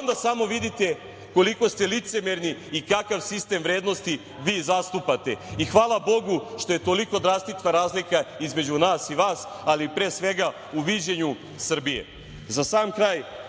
Onda samo vidite koliko ste licemerni i kakav sistem vrednosti vi zastupate i hvala Bogu što je toliko drastična razlika između nas i vas, ali pre svega u viđenju Srbije.Za sam kraj,